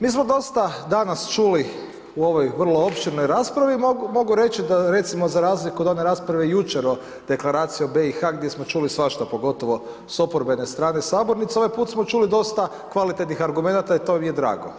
Mi smo dosta danas čuli u ovoj vrlo opširnoj raspravi, mogu reći da, recimo za razliku od one rasprave jučer od Deklaraciji o BiH gdje smo čuli svašta, pogotovo s oporbene strane sabornice, ovaj put smo čuli dosta kvalitetnih argumenata i to mi je drago.